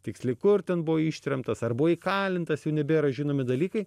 tiksliai kur ten buvo ištremtas ar buvo įkalintas jau nebėra žinomi dalykai